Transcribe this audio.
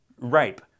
rape